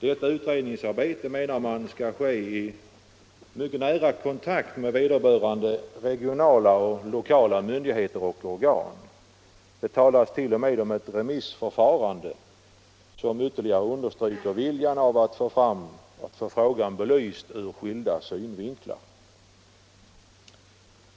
Detta utredningsarbete, menar man, skall ske i mycket nära kontakt med vederbörande regionala och lokala myn digheter och organ. Det talas t.o.m. om ett remissförfarande, vilket - Nr 29 ytterligare understryker viljan att få frågan belyst ur skilda synvinklar.